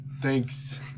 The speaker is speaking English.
Thanks